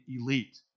elite